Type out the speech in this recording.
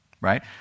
Right